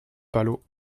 palot